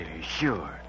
sure